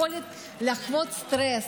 יכולת לחוות סטרס,